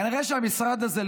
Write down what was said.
כנראה שהמשרד הזה,